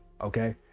okay